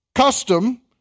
custom